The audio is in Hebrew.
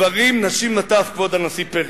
גברים נשים וטף, כבוד הנשיא פרס.